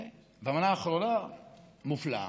המנה האחרונה מופלאה.